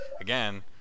again